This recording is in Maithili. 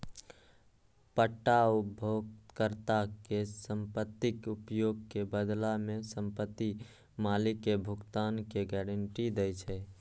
पट्टा उपयोगकर्ता कें संपत्तिक उपयोग के बदला मे संपत्ति मालिक कें भुगतान के गारंटी दै छै